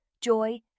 joy